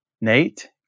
Nate